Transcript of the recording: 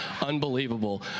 unbelievable